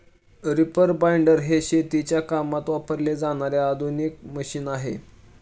reaper binder हे शेतीच्या कामात वापरले जाणारे आधुनिक मशीन आहे